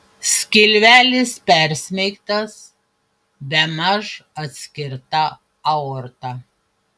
skilvelis persmeigtas bemaž atskirta aorta